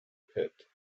pit